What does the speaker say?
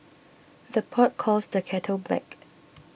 the pot calls the kettle black